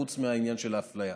חוץ מהעניין של האפליה.